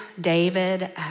David